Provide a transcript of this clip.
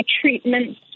treatment